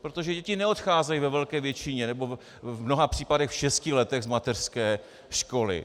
Protože děti neodcházejí ve velké většině, nebo v mnoha případech v šesti letech z mateřské školy.